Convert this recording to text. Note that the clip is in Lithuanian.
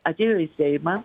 atėjo į seimą